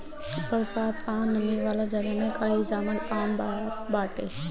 बरसात आ नमी वाला जगह में काई जामल आम बात बाटे